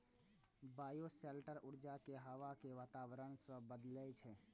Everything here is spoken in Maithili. बायोशेल्टर ऊर्जा कें हवा के वातावरण सं बदलै छै